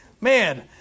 Man